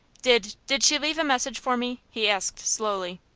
did did she leave a message for me? he asked, slowly.